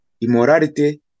immorality